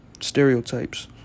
stereotypes